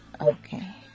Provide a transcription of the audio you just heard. Okay